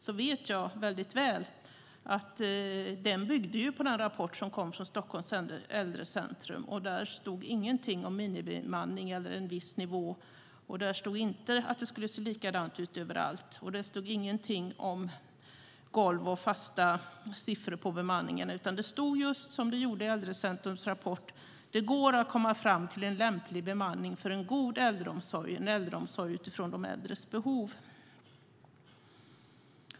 Motionen byggde på den rapport som kom från Stockholms läns Äldrecentrum. Där stod ingenting om minimibemanning, och där stod inte att det skulle se likadant ut överallt. Inte heller stod det något om golv och fasta siffror för bemanningen. I Äldrecentrums rapport stod det att det går att komma fram till en lämplig bemanning för en god äldreomsorg utifrån de äldres behov.